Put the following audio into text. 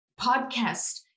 podcast